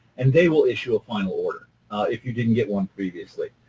and they will issue a final order if you didn't get one previously.